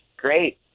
great